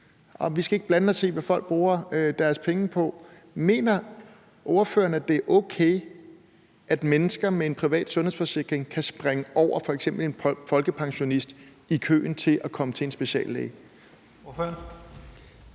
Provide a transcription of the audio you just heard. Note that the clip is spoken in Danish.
vi ikke skal blande os i, hvad folk bruger deres penge på, så jeg vil godt spørge, om ordføreren mener, at det er okay, at mennesker med en privat sundhedsforsikring kan springe over f.eks. en folkepensionist i køen til at komme til en speciallæge. Kl.